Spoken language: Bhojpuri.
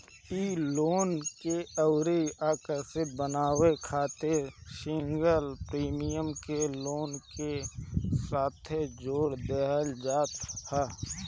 इ लोन के अउरी आकर्षक बनावे खातिर सिंगल प्रीमियम के लोन के साथे जोड़ देहल जात ह